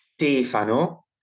Stefano